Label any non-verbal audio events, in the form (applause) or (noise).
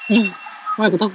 (laughs) mana aku tahu